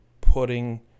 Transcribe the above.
putting